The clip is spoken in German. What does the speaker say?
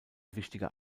wichtiger